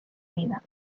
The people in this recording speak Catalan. vida